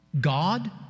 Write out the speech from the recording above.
God